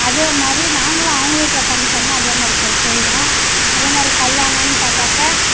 அதே மாதிரி நாங்களும் அவங்க வீட்டில் ஃபங்க்ஷன்னால் அதே மாதிரி போய் செய்வோம் அதே மாதிரி கல்யாணன்னு பார்த்தாக்கா